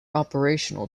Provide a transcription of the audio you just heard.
operational